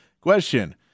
question